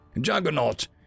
Juggernaut